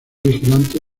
vigilante